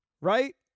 right